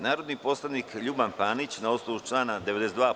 Narodni poslanik Ljuban Panić na osnovu člana 92.